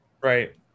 right